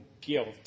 guilt